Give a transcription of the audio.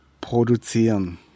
produzieren